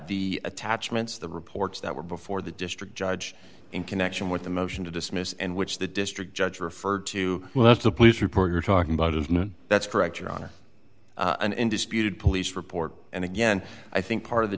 the attachments the reports that were before the district judge in connection with the motion to dismiss and which the district judge referred to well that's the police report you're talking about is not that's correct your honor and in disputed police report and again i think part of the